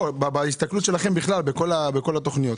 לא, בהסתכלות שלכם בכלל, בכל התוכניות.